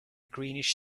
greenish